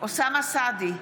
אוסאמה סעדי,